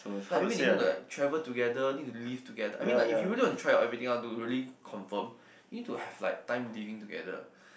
like maybe they need to like travel together need to live together I mean like if you really want to try out everything out to really confirm you need to have like time living together